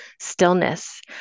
stillness